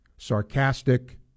Sarcastic